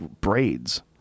braids